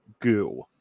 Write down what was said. goo